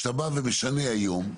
כשאתה בא ומשנה היום,